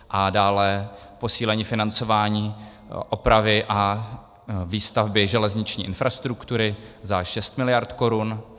A dále posílení financování opravy a výstavby železniční infrastruktury za 6 mld. korun.